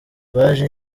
baje